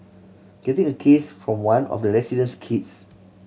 getting a kiss from one of the resident's kids